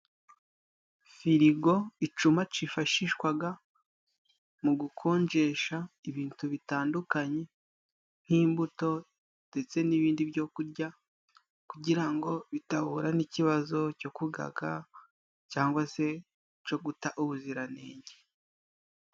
Firigo icuma cifashishwaga mu gukonjesha ibintu bitandukanye nk'imbuto ndetse n'ibindi byo kurya kugira ngo bidahura n'ikibazo cyo kugaga cangwa se co guta ubuziranenge.